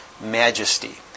majesty